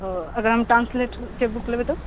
ओ अगर हम ट्रान्स्लेट के बुक लेबै तऽ